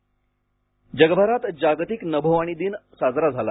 जागतिक नभोवाणी दिन जगभरात जागतिक नभोवाणी दिन साजरा झाला